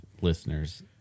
listeners